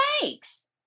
thanks